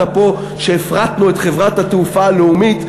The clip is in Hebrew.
פה שהפרטנו את חברת התעופה הלאומית,